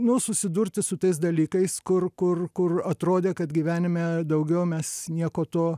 nu susidurti su tais dalykais kur kur kur atrodė kad gyvenime daugiau mes nieko to